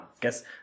guess